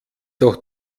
doch